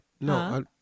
No